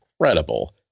incredible